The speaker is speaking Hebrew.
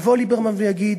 יבוא ליברמן ויגיד: